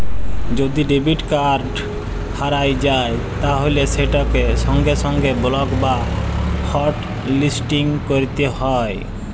যদি debit card হারাঁয় যায় তাইলে সেটকে সঙ্গে সঙ্গে বলক বা হটলিসটিং ক্যইরতে হ্যয়